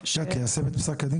ליישם את פסק הדין,